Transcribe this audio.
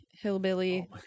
hillbilly